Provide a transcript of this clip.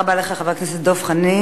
תודה רבה לך, חבר הכנסת דב חנין.